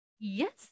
yes